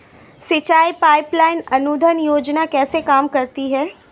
सिंचाई pipeline अनुदान योजना कैसे काम करती है?